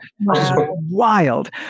Wild